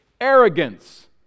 arrogance